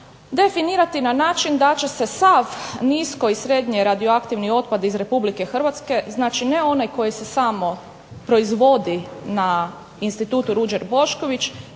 definirati na način da će sav nisko i srednje radioaktivni otpad iz RH znači ne onaj koji se samo proizvodi na Institutu Ruđer Bošković